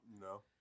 no